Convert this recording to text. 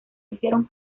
hicieron